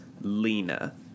Lena